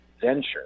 venture